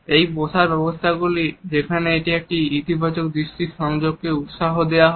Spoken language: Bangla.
এই বসার ব্যবস্থাগুলি যেখানে একটি ইতিবাচক দৃষ্টির সংযোগকে উৎসাহ দেওয়া হয়